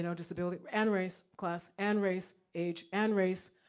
you know disability and race, class and race, age and race.